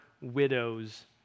widows